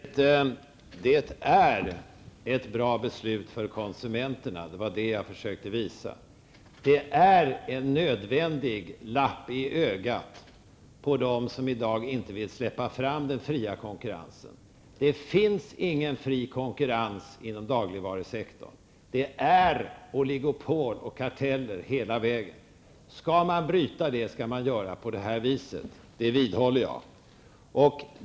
Herr talman! Det är ett bra beslut för konsumenterna -- det var det jag försökte visa. Det är en nödvändig lapp i ögat på dem som i dag inte vill släppa fram den fria konkurrensen. Det finns ingen fri konkurrens inom dagligvarusektorn. Det är oligopol och karteller hela vägen. Skall man bryta det skall man göra som vi föreslår -- det vidhåller jag.